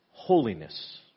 Holiness